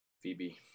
Phoebe